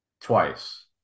twice